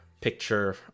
picture